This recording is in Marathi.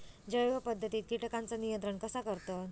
जैव पध्दतीत किटकांचा नियंत्रण कसा करतत?